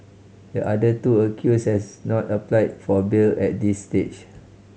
the other two accused has not applied for bail at this stage